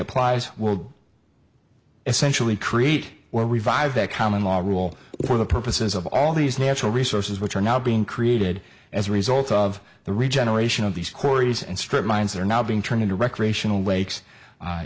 applies essentially create or revive the common law rule for the purposes of all these natural resources which are now being created as a result of the regeneration of these quarries and strip mines that are now being turned into recreational lakes